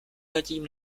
zatím